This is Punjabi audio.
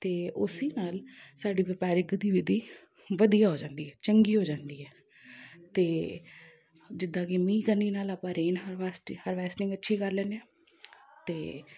ਅਤੇ ਉਸੀ ਨਾਲ ਸਾਡੀ ਵਪਾਰਕ ਗਤੀਵਿਧੀ ਵਧੀਆ ਹੋ ਜਾਂਦੀ ਹੈ ਚੰਗੀ ਹੋ ਜਾਂਦੀ ਹੈ ਅਤੇ ਜਿੱਦਾਂ ਕਿ ਮੀਂਹ ਕਣੀ ਨਾਲ ਆਪਾਂ ਰੇਨ ਹਰਵਾ ਹਰਵੈਸਟਿੰਗ ਅੱਛੀ ਕਰ ਲੈਂਦੇ ਹਾਂ ਅਤੇ